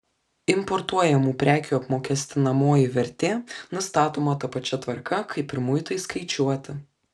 importuojamų prekių apmokestinamoji vertė nustatoma ta pačia tvarka kaip ir muitui skaičiuoti